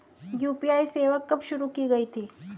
UPI सेवा कब शुरू की गई थी?